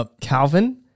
Calvin